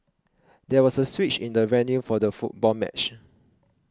there was a switch in the venue for the football match